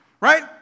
Right